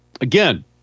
again